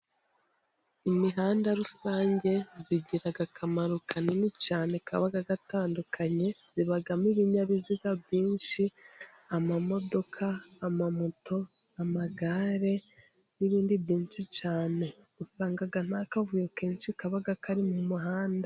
Imihanda rusange igira akamaro kanini cyane kaba gatandukanye, ibamo ibinyabiziga byinshi amamodoka, amamoto, amagare n'ibindi byinshi cyane usanga ntakavuyo kenshi kaba kari mu muhanda.